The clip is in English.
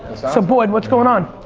so, boyd, what's going on?